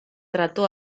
trató